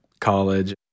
college